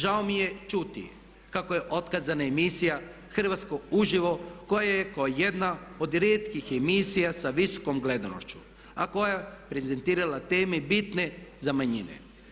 Žao mi je čuti kako je otkazana emisija Hrvatska uživo koja je kao jedna od rijetkih emisija sa visokom gledanošću a koja je prezentirala teme bitne za manjine.